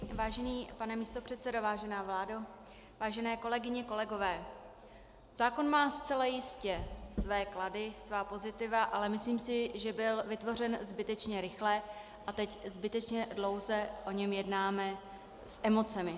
Vážený pane místopředsedo, vážená vládo, vážené kolegyně, kolegové, zákon má zcela jistě své klady, svá pozitiva, ale myslím si, že byl vytvořen zbytečně rychle, a teď zbytečně dlouze o něm jednáme s emocemi.